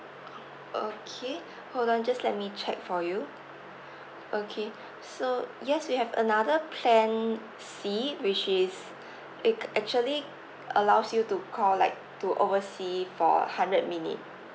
okay hold on just let me check for you okay so yes we have another plan C which is it actually allows you to call like to oversea for hundred minute